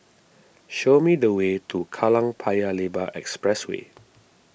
show me the way to Kallang Paya Lebar Expressway